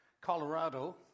Colorado